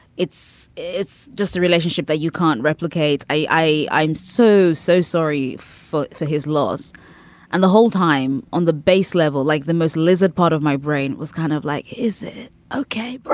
it's it's just the relationship that you can't replicate. i i am so, so sorry for for his loss and the whole time on the base level like the most lizard part of my brain was kind of like, is it okay but